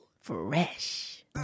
Fresh